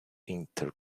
inter